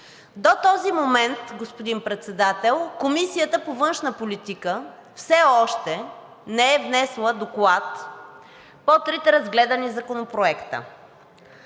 До този момент, господин Председател, Комисията по външна политика все още не е внесла доклад по трите разгледани законопроекта.